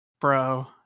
bro